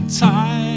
time